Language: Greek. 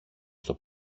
στο